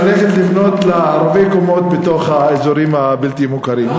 ללכת לבנות רבי-קומות בתוך האזורים הבלתי-מוכרים,